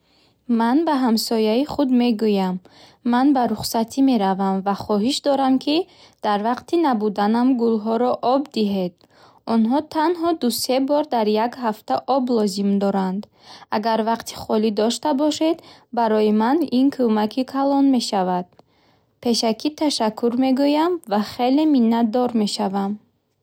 Ман ба ҳамсояи худ мегӯям: “Ман ба рухсатӣ меравам ва хоҳиш дорам, ки дар вақти набуданам гулҳоро об диҳед.” Онҳо танҳо ду-се бор дар як ҳафта об лозим доранд. Агар вақти холӣ дошта бошед, барои ман ин кӯмаки калон мешавад. Пешакӣ ташаккур мегӯям ва хеле миннатдор мешавам.